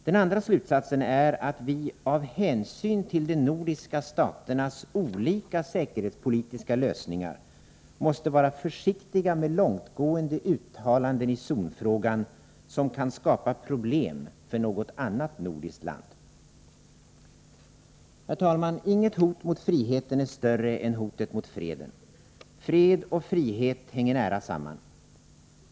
Den andra slutsatsen är att vi — av hänsyn till de nordiska staternas olika säkerhetspolitiska lösningar — måste vara försiktiga med långtgående uttalanden i zonfrågan som kan skapa problem för något annat nordiskt land. Herr talman! Inget hot mot friheten är större än hotet mot freden. Fred och frihet hänger nära samman.